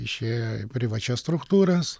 išėjo į privačias struktūras